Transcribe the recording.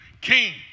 king